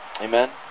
Amen